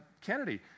Kennedy